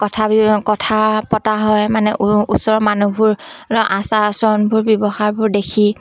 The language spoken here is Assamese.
কথা কথা পতা হয় মানে ওচৰৰ মানুহবোৰ আচাৰ আচৰণবোৰ ব্যৱহাৰবোৰ দেখি